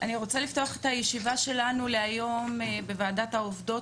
אני רוצה לפתוח את ישיבת ועדת העובדות